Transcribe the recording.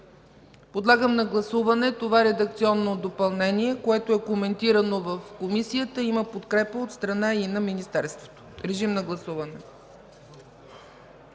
Подлагам на гласуване това редакционно допълнение, което е коментирано в Комисията, има подкрепа и от страна на Министерството. В пленарната